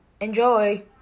Enjoy